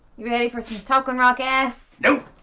you ready for some talking rock ass? nope!